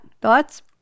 thoughts